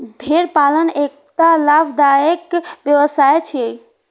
भेड़ पालन एकटा लाभदायक व्यवसाय छियै